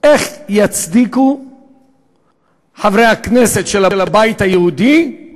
איך יצדיקו חברי הכנסת של הבית היהודי את